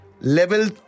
Level